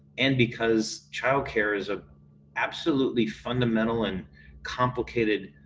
and because childcare is ah absolutely fundamental and complicated.